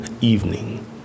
evening